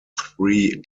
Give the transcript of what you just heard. three